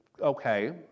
okay